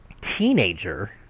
teenager